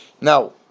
Now